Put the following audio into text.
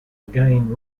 again